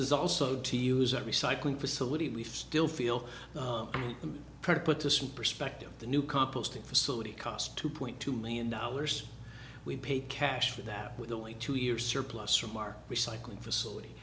is also to use a recycling facility we still feel the pressure put to some perspective the new composting facility cost two point two million dollars we paid cash for that with only two years surplus from our recycling facility